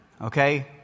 okay